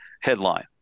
headline